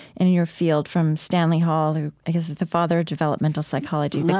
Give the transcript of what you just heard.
in your field, from stanley hall, who i guess is the father of developmental psychology. but